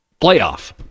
playoff